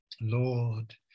Lord